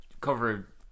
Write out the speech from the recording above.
cover